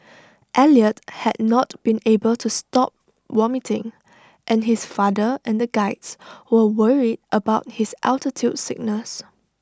Elliot had not been able to stop vomiting and his father and the Guides were worried about his altitude sickness